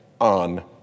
on